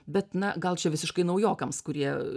bet na gal čia visiškai naujokams kurie